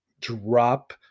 drop